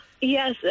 Yes